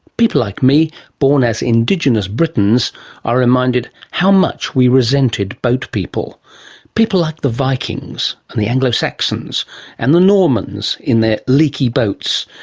people like me born as indigenous britons are reminded how much we resented boat people people like the vikings and the anglo-saxons and the normans in their leaky boats,